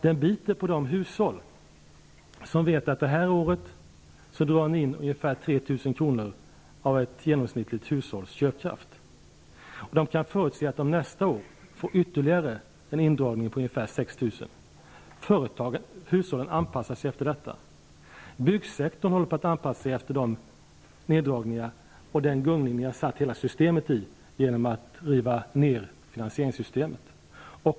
Den biter på de hushåll som vet att ni det här året drar in ungefär De kan förutse att de nästa år får ytterligare en indragning på ca 6 000 kr. Hushållen anpassar sig efter detta. Byggsektorn håller på att anpassa sig efter de neddragningar och den gungning som ni har satt hela systemet i, genom att riva ned finansieringssystemet.